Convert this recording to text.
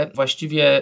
właściwie